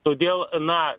todėl na